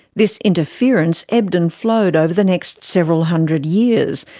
this interference ebbed and flowed over the next several hundred years,